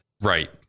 Right